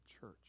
church